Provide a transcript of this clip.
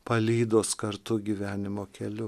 palydos kartu gyvenimo keliu